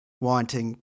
wanting